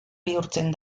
bihurtzen